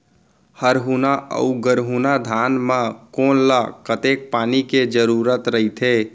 हरहुना अऊ गरहुना धान म कोन ला कतेक पानी के जरूरत रहिथे?